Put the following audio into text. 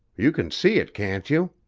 you can see it, can't you?